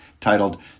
titled